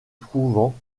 trouvant